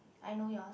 I know yours